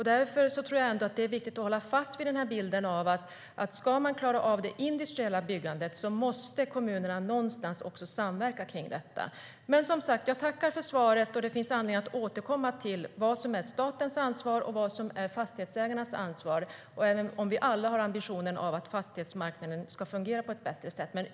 Därför tror jag ändå att det är viktigt att hålla fast vid denna bild: Om man ska klara av det industriella byggandet måste kommunerna också någonstans samverka kring detta. Jag tackar som sagt för svaret. Det finns anledning att återkomma till vad som är statens ansvar och vad som är fastighetsägarnas ansvar, även om vi alla har ambitionen att fastighetsmarknaden ska fungera på ett bättre sätt.